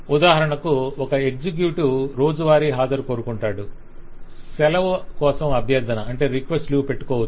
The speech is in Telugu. ఉదాహరణకు ఒక ఎగ్జిక్యూటివ్ రోజువారీ హాజరు కోరుకొంటాడు సెలవు కోసం అభ్యర్ధన పెట్టుకోవచ్చు